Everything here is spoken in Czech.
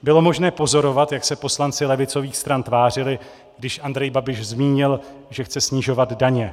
Bylo možné pozorovat, jak se poslanci levicových stran tvářili, když Andrej Babiš zmínil, že chce snižovat daně.